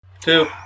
Two